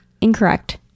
Incorrect